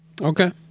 okay